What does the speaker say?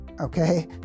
okay